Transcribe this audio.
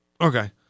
Okay